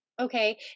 Okay